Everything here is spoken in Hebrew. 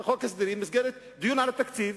חוק הסדרים, במסגרת דיון על התקציב,